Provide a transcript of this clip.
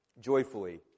joyfully